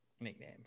nickname